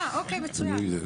אוקיי, מצוין.